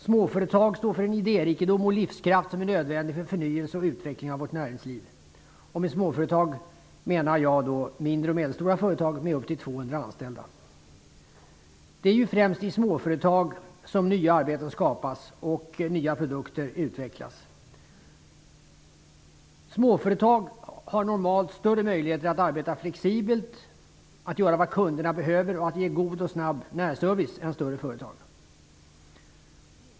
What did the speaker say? Småföretag står för en idérikedom och livskraft som är nödvändig för förnyelse och utveckling av vårt näringsliv, och med småföretag menar jag då mindre och medelstora företag med upp till 200 anställda. Det är ju främst i småföretag som nya arbeten skapas och nya produkter utvecklas. Småföretag har normalt större möjligheter att arbeta flexibelt, att göra vad kunderna behöver och att ge god och snabb service, än större företag.